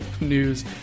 news